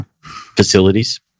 facilities